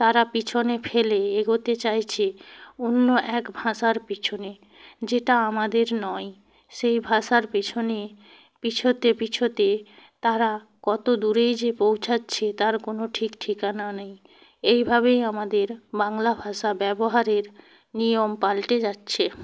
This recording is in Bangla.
তারা পিছনে ফেলে এগোতে চাইছে অন্য এক ভাষার পিছনে যেটা আমাদের নয় সেই ভাষার পিছনে পিছোতে পিছোতে তারা কত দূরেই যে পৌছাচ্ছে তার কোন ঠিক ঠিকানা নেই এইভাবেই আমাদের বাংলা ভাষা ব্যবহারের নিয়ম পালটে যাচ্ছে